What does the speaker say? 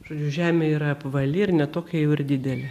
žodžiu žemė yra apvali ir ne tokia jau ir didelė